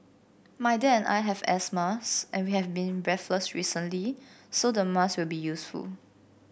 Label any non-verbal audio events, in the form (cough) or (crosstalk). my dad and I have asthma (unintelligible) and we have been breathless recently so the mask will be useful